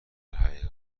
حقیقت